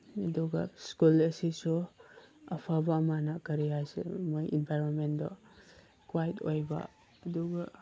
ꯑꯗꯨꯒ ꯁ꯭ꯀꯨꯜ ꯑꯁꯤꯁꯨ ꯑꯐꯕ ꯃꯥꯅ ꯀꯔꯤ ꯍꯥꯏꯁꯤꯔ ꯃꯣꯏ ꯏꯟꯚꯥꯏꯔꯣꯟꯃꯦꯟꯗꯣ ꯀ꯭ꯋꯥꯏꯠ ꯑꯣꯏꯕ ꯑꯗꯨꯒ